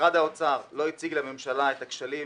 משרד האוצר לא הציג לממשלה את הכשלים